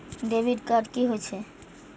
Debit card की होय छे?